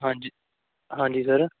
ਹਾਂਜੀ ਹਾਂਜੀ ਸਰ